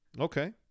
Okay